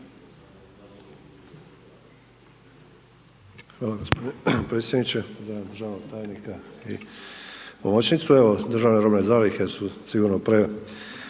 Hvala gospodine predsjedniče, pozdravljam državnog tajnika i pomoćnicu, evo državne robne zalihe su sigurno prevažno